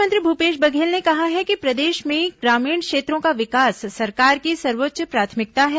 मुख्यमंत्री भूपेश बघेल ने कहा है कि प्रदेश में ग्रामीण क्षेत्रों का विकास सरकार की सर्वोच्च प्राथमिकता है